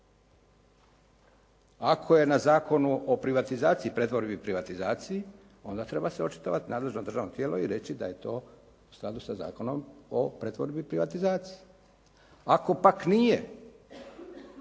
Ako je na Zakonu o privatizaciji i pretvorbi privatizaciji, onda treba se očitovati nadležno državno tijelo i reći da je to u skladu sa Zakonom o pretvorbi privatizacije. Ako pak nije,